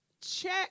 Check